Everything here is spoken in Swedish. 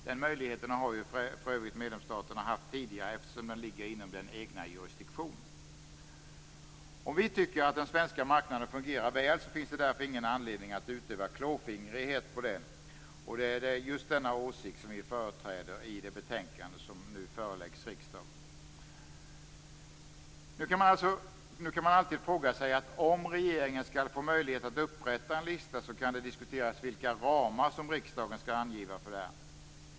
Den möjligheten har ju medlemsstaterna haft tidigare eftersom regleringen ligger inom den egna jurisdiktionen. Om vi tycker att den svenska marknaden fungerar väl finns det därför ingen anledning att utöva klåfingrighet på den. Och det är just denna åsikt som vi företräder i det betänkande som nu föreläggs riksdagen. Nu kan man alltid fråga sig om regeringen skall få möjlighet att upprätta en lista. Det kan då diskuteras vilka ramar som riksdagen skall angiva för detta.